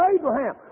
Abraham